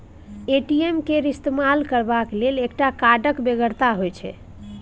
ATM केर इस्तेमाल करबाक लेल एकटा कार्डक बेगरता होइत छै